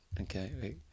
Okay